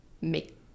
make